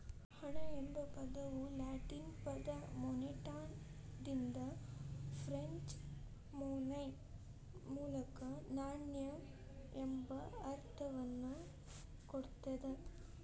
ಹಣ ಎಂಬ ಪದವು ಲ್ಯಾಟಿನ್ ಪದ ಮೊನೆಟಾದಿಂದ ಫ್ರೆಂಚ್ ಮೊನೈ ಮೂಲಕ ನಾಣ್ಯ ಎಂಬ ಅರ್ಥವನ್ನ ಕೊಡ್ತದ